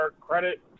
credit